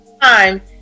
time